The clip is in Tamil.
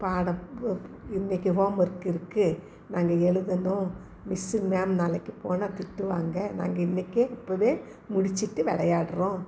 பாடம் போ இன்றைக்கு ஹோம்ஒர்க் இருக்குது நாங்கள் எழுதணும் மிஸ்ஸு மேம் நாளைக்கு போனால் திட்டுவாங்க நாங்கள் இன்றைக்கே இப்போதே முடிச்சுட்டு விளையாட்றோம்